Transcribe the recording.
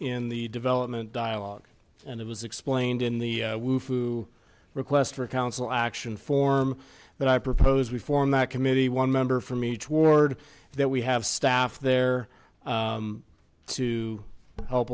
the development dialogue and it was explained in the request for a council action form that i propose we form that committee one member from each ward that we have staff there to help